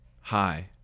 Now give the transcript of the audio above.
hi